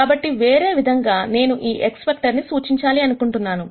కాబట్టి వేరే విధంగా నేను ఈ X వెక్టర్ను సూచించాలి అనుకుంటున్నాను